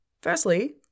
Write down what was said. Firstly